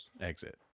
exit